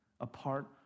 apart